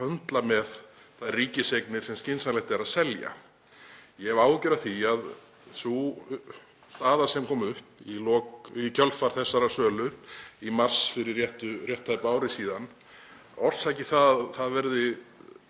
að höndla með þær ríkiseignir sem skynsamlegt er að selja. Ég hef áhyggjur af því að sú staða sem kom upp í kjölfar þessarar sölu í mars fyrir rétt tæpu ári síðan orsaki að það verði